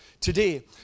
today